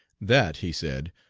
that, he said,